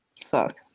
Fuck